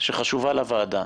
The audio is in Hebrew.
שחשובה לוועדה,